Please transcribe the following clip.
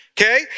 okay